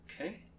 Okay